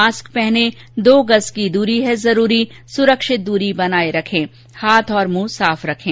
mask पहनें दो गज़ की दूरी है जरूरी सुरक्षित दूरी बनाए रखें हाथ और मुंह साफ रखें